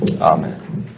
Amen